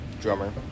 Drummer